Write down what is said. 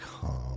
calm